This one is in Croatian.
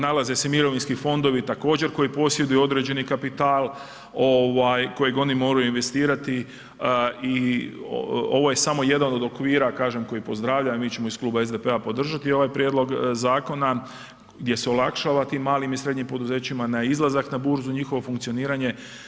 Nalaze se mirovinski fondovi koji također posjeduju određeni kapital kojeg oni moraju investirati i ovo je samo jedan od okvira koji pozdravljam i mi ćemo iz Kluba SDP-a podržati ovaj prijedlog zakona gdje se olakšava tim malim i srednjim poduzećima izlazak na burzu, njihovo funkcioniranje.